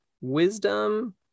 Wisdom